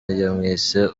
yamwise